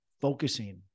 focusing